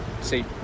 see